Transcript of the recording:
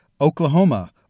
Oklahoma